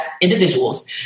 individuals